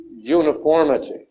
uniformity